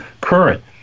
current